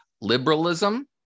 liberalism